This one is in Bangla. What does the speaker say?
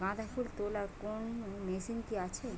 গাঁদাফুল তোলার কোন মেশিন কি আছে?